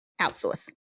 outsource